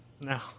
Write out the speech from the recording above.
No